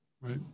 right